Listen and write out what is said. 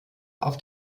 auf